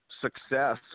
success